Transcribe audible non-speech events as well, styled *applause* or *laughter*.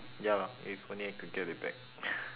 ya lah if only I could get it back *noise*